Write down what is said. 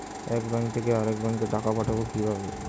এক ব্যাংক থেকে আরেক ব্যাংকে টাকা পাঠাবো কিভাবে?